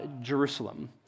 Jerusalem